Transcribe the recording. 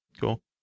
Cool